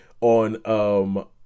on